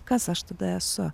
kas aš tada esu